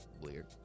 Weird